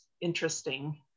interesting